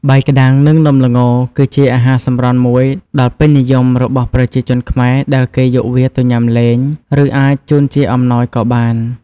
បាយក្ដាំង និងនំល្ងគឺជាអាហារសម្រន់មួយដល់ពេញនិយមរបស់ប្រជាជនខ្មែរ ដែលគេយកវាទៅញ៉ាំលេង ឬអាចជូនជាអំណោយក៏បាន។